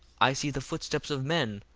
i see the footsteps of men,